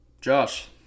Josh